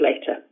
later